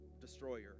destroyer